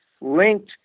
linked